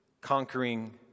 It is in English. conquering